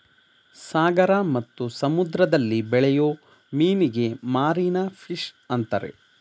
ಸಾಗರ ಮತ್ತು ಸಮುದ್ರದಲ್ಲಿ ಬೆಳೆಯೂ ಮೀನಿಗೆ ಮಾರೀನ ಫಿಷ್ ಅಂತರೆ